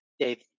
Dave